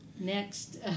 next